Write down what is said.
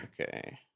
Okay